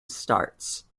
starts